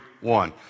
one